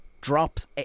drops